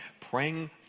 praying